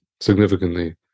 significantly